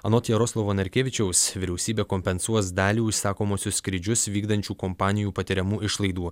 anot jaroslavo narkėvičiaus vyriausybė kompensuos dalį užsakomuosius skrydžius vykdančių kompanijų patiriamų išlaidų